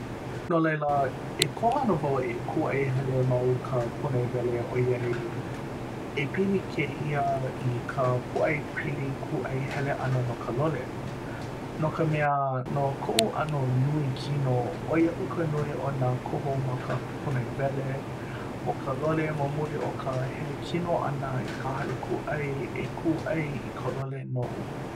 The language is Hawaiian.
no laila, e koho ana wau e kūʻai hele ma o ka punaewele ʻoiai e pili kēia i ka pōʻaiapili kūʻai hele ʻana no ka lole. no ka mea no koʻu ʻano nui kino, ʻoi aku ka nui o nā koho ma ka punaewele o ka lole ma muli o ka hele kino ʻana i ka hale kūʻai e kūʻai i ka lole noʻu.